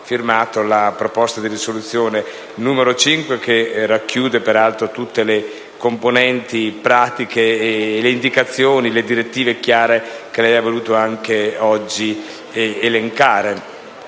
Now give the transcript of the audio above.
la proposta di risoluzione n. 5 che racchiude peraltro tutte le componenti pratiche, le indicazioni e le direttive chiare che lei ha voluto anche oggi elencare.